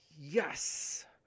Yes